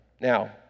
Now